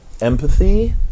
empathy